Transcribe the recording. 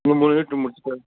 இன்னும் மூணு யூனிட் முடிச்சுட்டா